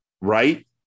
Right